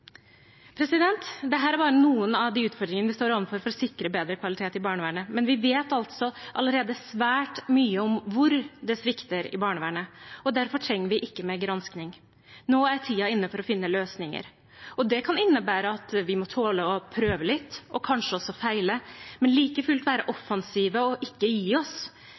er bare noen av de utfordringene vi står overfor for å sikre bedre kvalitet i barnevernet, men vi vet altså allerede svært mye om hvor det svikter i barnevernet. Derfor trenger vi ikke mer gransking. Nå er tiden inne for å finne løsninger. Det kan innebære at vi må tåle å prøve litt, og kanskje også feile, men like fullt være offensive og ikke gi oss.